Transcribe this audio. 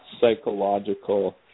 psychological